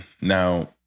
now